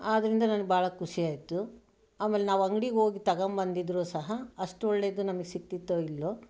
ಆದ್ದರಿಂದ ನನಗೆ ಭಾಳ ಖುಷಿ ಆಯಿತು ಆಮೇಲೆ ನಾವು ಅಂಗಡಿಗೆ ಹೋಗಿ ತಗೊಂಬಂದಿದ್ರೂ ಸಹ ಅಷ್ಟು ಒಳ್ಳೆಯದು ನಮಗೆ ಸಿಗ್ತಿತ್ತೋ ಇಲ್ವೊ